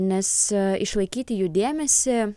nes išlaikyti jų dėmesį